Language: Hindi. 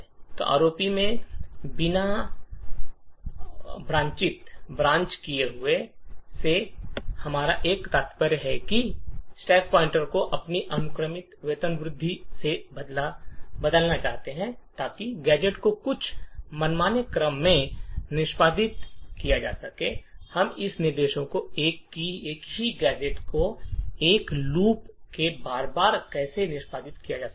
तो ROP में बिना शर्त ब्रांचिंग से हमारा क्या तात्पर्य है कि हम स्टैक पॉइंटर को अपनी अनुक्रमिक वेतनवृद्धि से बदलना चाहते हैं ताकि गैजेट्स को कुछ मनमाने क्रम में निष्पादित किया जा सके हम यह दर्शाते हैं कि एक ही गैजेट को एक लूप में बार बार कैसे निष्पादित किया जा सकता है